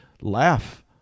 laugh